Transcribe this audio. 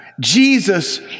Jesus